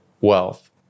wealth